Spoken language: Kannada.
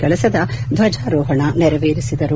ಕಳಸದ ಧ್ವಜಾರೋಹಣ ನೆರವೇರಿಸಿದರು